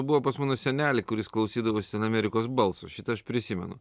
buvo pas mano senelį kuris klausydavosi amerikos balso šitą aš prisimenu